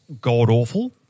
god-awful